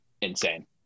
insane